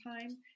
time